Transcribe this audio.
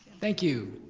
thank you.